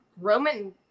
Roman